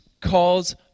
calls